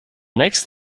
next